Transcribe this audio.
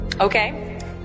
okay